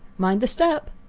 mind the step!